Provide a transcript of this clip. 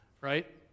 Right